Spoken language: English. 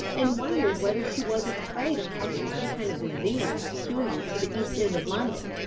and wondered whether she wasn't afraid of catching some kind of disease peculiar to the east end of london.